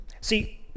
See